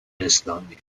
اسلامی